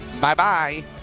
Bye-bye